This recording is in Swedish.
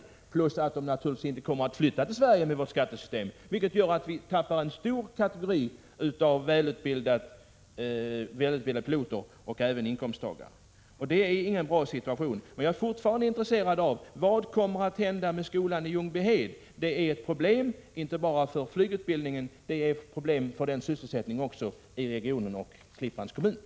Därtill kommer att de naturligtvis inte kommer att vilja flytta till Sverige med hänsyn till vårt skattesystem. Detta gör att vi kommer att tappa en stor grupp välutbildade piloter och därmed inkomsttagare. Det är ingen bra situation. Jag är fortfarande intresserad av vad som kommer att hända med skolan i Ljungbyhed. Det är ett problem, inte bara för flygarutbildningen utan också för sysselsättningen i Klippans kommun och regionen i övrigt.